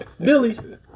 Billy